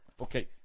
Okay